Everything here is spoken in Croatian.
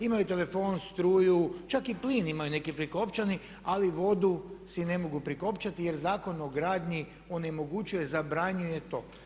Imaju telefon, struju, čak i plin imaju neki prikopčani ali vodu si ne mogu prikopčati jer Zakon o gradnji onemogućuje, zabranjuje to.